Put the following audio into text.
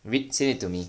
read say it to me